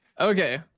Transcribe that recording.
okay